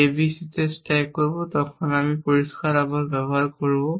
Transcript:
A B C তে stack করব তখন আমি পরিষ্কার আমরা ব্যবহার করব